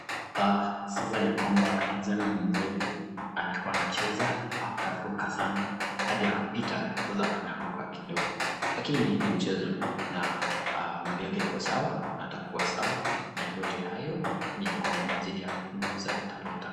Sasa ni kwamba kijana mwenzetu, alikuwa anacheza akaruka sanaa hadi akapita, sasa ameanguka kidogo lakini ni mchezo na mwili wake uko sawa na atakuwa sawa yote haya ni kwa minajili ya kuguza talenta.